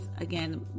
again